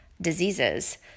diseases